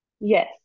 Yes